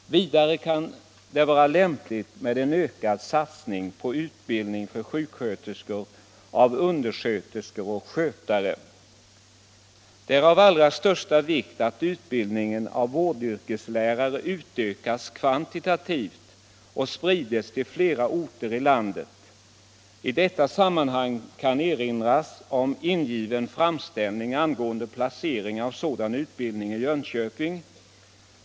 Vidare kan det vara lämpligt med ökad satsning på utbildning till sjuksköterskor av undersköterskor och skötare. Det är av allra största vikt att utbildningen av vårdyrkeslärare utökas kvantitivt och sprids till flera orter i landet. I detta sammanhang erinras om ingiven framställning angående placering av sådan utbildning i Jönköping.